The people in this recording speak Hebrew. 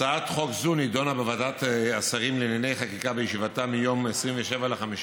הצעת חוק זו נדונה בוועדת השרים לענייני חקיקה בישיבתה ביום 27 במאי